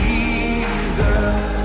Jesus